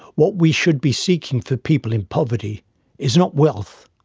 what we should be seeking for people in poverty is not wealth,